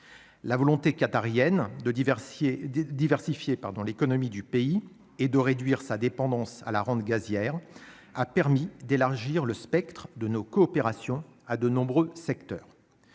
la volonté qatariennes de diversifier, pardon, l'économie du pays et de réduire sa dépendance à la rente gazière a permis d'élargir le spectre de nos coopérations à de nombreux secteurs